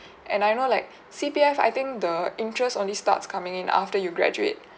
and I know like C_P_F I think the interest only starts coming in after you graduate